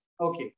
Okay